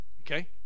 Okay